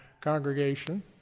congregation